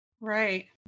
Right